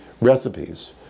recipes